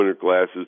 glasses